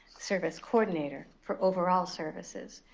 service coordinator for overall services.